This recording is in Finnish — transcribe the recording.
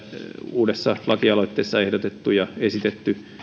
uudessa lakialoitteessa ehdotettu ja esitetty